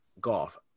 golf